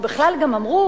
ובכלל גם אמרו